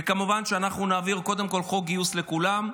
וכמובן שאנחנו נעביר קודם כול חוק גיוס לכולם,